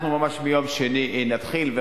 אנחנו ממש ביום שני נתחיל.